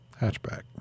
hatchback